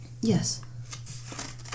Yes